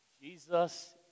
Jesus